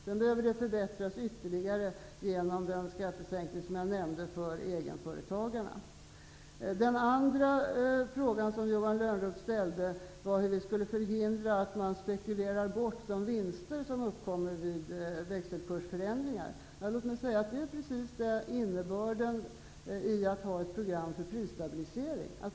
Sedan behöver vi förbättra ytterligare genom den skattesänkning för egenföretagarna som jag nämnde. Johan Lönnroths andra fråga var hur vi skulle förhindra att man spekulerar bort de vinster som uppkommer vid växelkursförändringar. Låt mig säga att det är precis innebörden i att ha ett program för prisstabilisering.